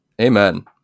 amen